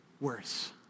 worse